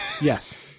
Yes